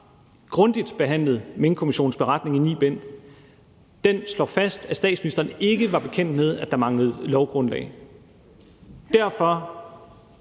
grundigt behandlet Minkkommissionens beretning i ni bind. Den slår fast, at statsministeren ikke var bekendt med, at der manglede lovgrundlag. Derfor